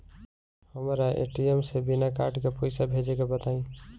हमरा ए.टी.एम से बिना कार्ड के पईसा भेजे के बताई?